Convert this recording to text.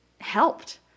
helped